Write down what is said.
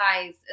guys